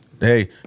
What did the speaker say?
Hey